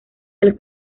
del